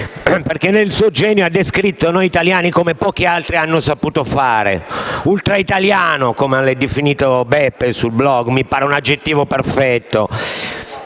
perché nel suo genio ha descritto noi italiani come pochi altri hanno saputo fare. Ultraitaliano, come lo ha definito sul *blog* Beppe: mi pare un aggettivo perfetto.